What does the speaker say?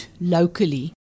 locally